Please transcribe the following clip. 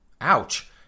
Ouch